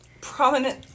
prominent